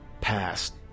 past